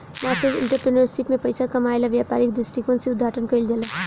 nascent entrepreneurship में पइसा कामायेला व्यापारिक दृश्टिकोण से उद्घाटन कईल जाला